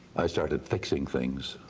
i started fixing things,